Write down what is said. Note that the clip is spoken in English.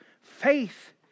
faith